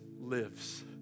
lives